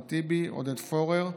אחמד טיבי, עודד פורר,